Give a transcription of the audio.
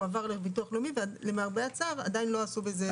הוא עבר לביטוח הלאומי ולמרבה הצער עדיין לא עשו בזה דבר.